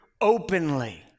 openly